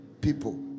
people